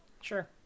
Sure